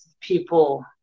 people